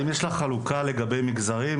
אם יש לך חלוקה לגבי מגזרים,